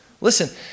Listen